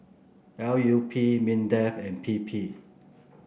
L U P Mindefand P P